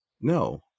No